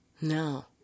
no